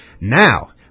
Now